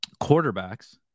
quarterbacks